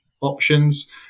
options